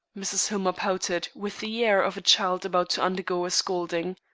mrs. hillmer pouted, with the air of a child about to undergo a scolding.